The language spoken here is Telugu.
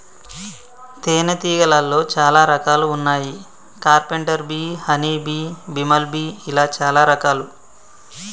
తేనే తీగలాల్లో చాలా రకాలు వున్నాయి carpenter bee honey bee, bumble bee ఇలా చాలా రకాలు